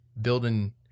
building